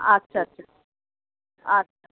আচ্ছা আচ্ছা আচ্ছা